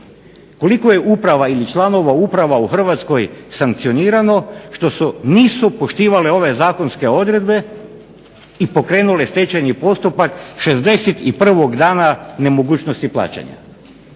Koliko je uprava ili članova uprava u Hrvatskoj sankcionirano što nisu poštivale ove zakonske odredbe i pokrenule stečajni postupak 61. dana nemogućnosti plaćanja?